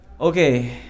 Okay